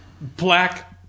black